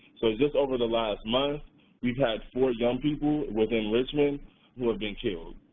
so just over the last month we've had four young people within richmond who have been killed.